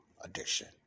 addiction